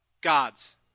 God's